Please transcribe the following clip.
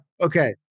Okay